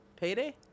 Payday